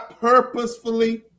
purposefully